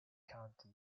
county